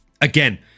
again